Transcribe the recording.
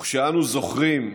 וכשאנו זוכרים,